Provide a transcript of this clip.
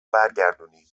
برگردونی